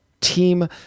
team